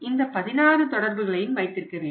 இந்த 16 தொடர்புகளையும் வைத்திருக்க வேண்டும்